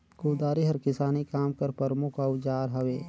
कुदारी हर किसानी काम कर परमुख अउजार हवे